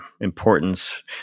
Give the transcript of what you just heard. importance